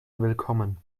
willkommen